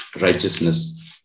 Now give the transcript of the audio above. righteousness